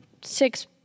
six